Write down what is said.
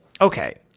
Okay